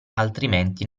altrimenti